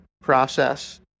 process